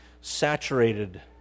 saturated